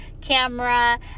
camera